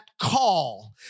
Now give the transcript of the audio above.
call